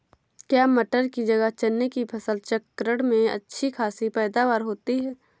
क्या मटर की जगह चने की फसल चक्रण में अच्छी खासी पैदावार होती है?